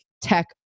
tech